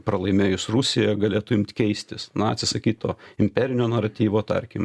pralaimėjus rusija galėtų imt keistis na atsisakyt to imperinio naratyvo tarkim